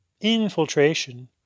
infiltration